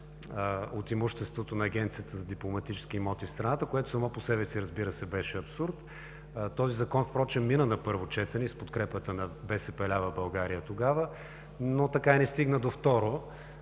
от имуществото на Агенцията за дипломатически имоти в страната, което само по себе си, разбира се, беше абсурд. Този Закон мина на първо четене с подкрепата на „БСП лява България“ тогава, но така и не стигна до второ.